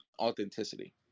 authenticity